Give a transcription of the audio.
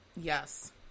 Yes